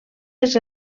les